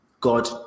god